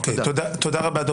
אוקיי, תודה רבה.